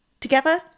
together